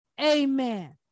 amen